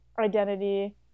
identity